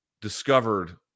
discovered